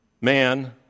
man